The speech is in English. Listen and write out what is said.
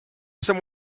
some